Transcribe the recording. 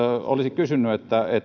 olisin kysynyt